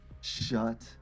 shut